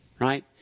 right